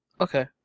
Okay